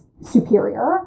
superior